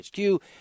HQ